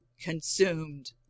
consumed